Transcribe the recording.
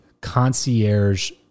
concierge